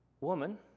woman